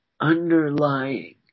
Underlying